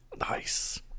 Nice